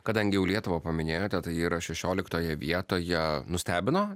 kadangi jau lietuvą paminėjote tai ji yra šešioliktoje vietoje nustebino